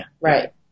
right